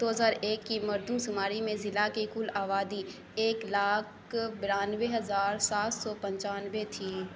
دو ہزار ایک کی مردم شماری میں ضلع کی کل آبادی ایک لاکھ بانوے ہزار سات سو پنچانوے تھی